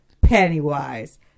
pennywise